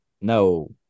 No